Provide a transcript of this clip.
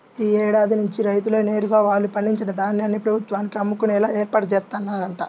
యీ ఏడాది నుంచి రైతులే నేరుగా వాళ్ళు పండించిన ధాన్యాన్ని ప్రభుత్వానికి అమ్ముకునేలా ఏర్పాట్లు జేత్తన్నరంట